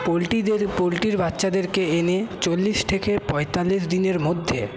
পোলট্রিদের পোলট্রির বাচ্চাদেরকে এনে চল্লিশ থেকে পঁয়তাল্লিশ দিনের মধ্যে